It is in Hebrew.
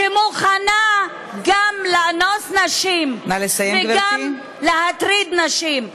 שמוכנה גם לאנוס נשים וגם להטריד נשים.